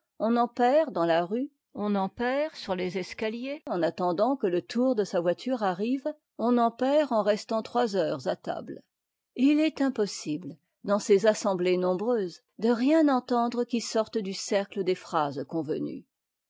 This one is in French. on en perd dans la rue on en perd sur les escaliers en attendant que le retour de sa voiture arrive on en perd en restant trois heures à table et il est impossible dans ces assemblées nombreuses de rien entendre qui sorte du cercle des phrases convenues